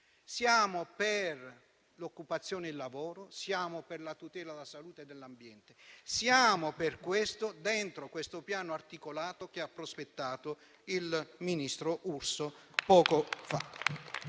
Siamo per l'occupazione e il lavoro, per la tutela della salute e dell'ambiente. Siamo per questo dentro il piano articolato che ha prospettato il ministro Urso poco fa.